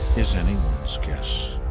is anyone's guess.